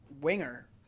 winger